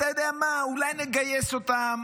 אתה יודע מה, אולי נגייס אותם